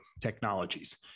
technologies